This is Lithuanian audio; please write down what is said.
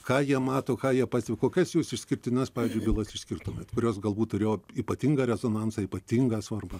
ką jie mato ką jie pastebi kokias jūs išskirtines pavyzdžiui bylas išskirtumėt kurios galbūt turėjo ypatingą rezonansą ypatingą svarbą